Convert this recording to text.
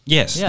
Yes